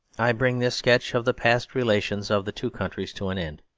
i bring this sketch of the past relations of the two countries to an end.